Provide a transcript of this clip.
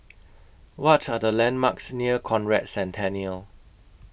What Are The landmarks near Conrad Centennial